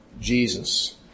Jesus